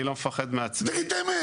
אני לא מפחד מעצמי.